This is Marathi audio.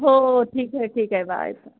हो ठीक आहे ठीक आहे बाय